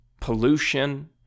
pollution